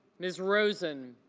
ms. rosen